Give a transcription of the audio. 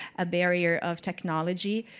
a barrier of technology.